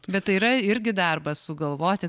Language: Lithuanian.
bet tai yra irgi darbas sugalvoti